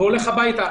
והולך הביתה.